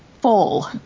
full